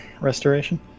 restoration